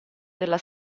della